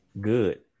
Good